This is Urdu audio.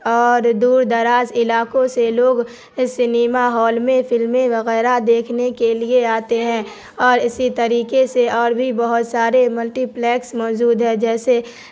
اور دور دراز علاقوں سے لوگ اس سنیما ہال میں فلمیں وغیرہ دیکھنے کے لیے آتے ہیں اور اسی طریقے سے اور بھی بہت سارے ملٹی پلیکس موجود ہے جیسے